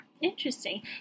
Interesting